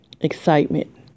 Excitement